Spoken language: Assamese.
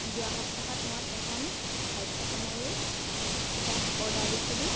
যোৱা সপ্তাহত মই এখন পাঠ্যক্ৰমৰেই কিতাপ অৰ্ডাৰ দিছিলোঁ